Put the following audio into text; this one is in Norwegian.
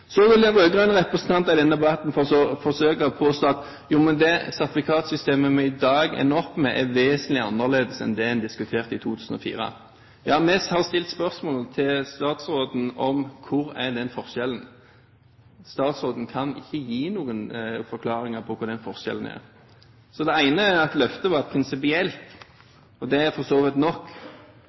Så vil rød-grønne representanter i denne debatten forsøke å påstå at det sertifikatsystemet vi i dag ender opp med, er vesentlig annerledes enn det man diskuterte i 2004. Ja, vi har stilt spørsmålet til statsråden om hvor forskjellen er, men statsråden kan ikke gi noen forklaringer på hva forskjellen er. Det at løftet var prinsipielt, er for så vidt nok,